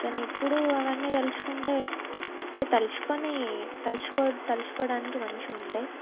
కానీ ఇప్పుడు అవన్నీ తలుచుకుంటే అంటే తలుచుకోని తలుచు తలుచుకోవడానికి మంచిగ ఉంటాయి